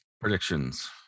predictions